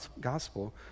gospel